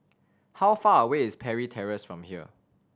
how far away is Parry Terrace from here